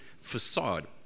facade